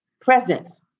presence